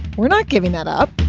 we're not giving that up